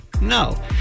no